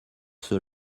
ceux